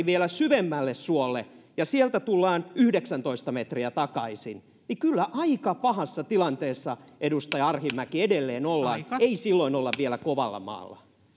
vielä syvemmälle suolle ja sieltä tullaan yhdeksäntoista metriä takaisin niin kyllä aika pahassa tilanteessa edustaja arhinmäki edelleen ollaan ei silloin olla vielä kovalla maalla